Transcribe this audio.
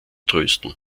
trösten